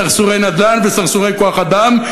סרסורי נדל"ן וסרסורי כוח-אדם,